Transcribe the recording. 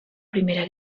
primera